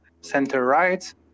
center-right